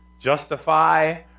Justify